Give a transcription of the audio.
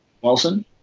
Wilson